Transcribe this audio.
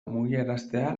mugiaraztea